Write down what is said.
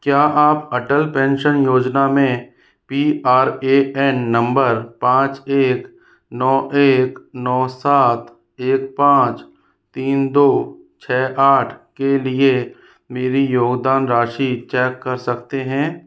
क्या आप अटल पेंशन योजना में P R A N number पाँच एक नौ एक नौ सात एक पाँच तीन दो छः आठ के लिए मेरी योगदान राशि चेक कर सकते हैं